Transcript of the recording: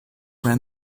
ran